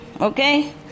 Okay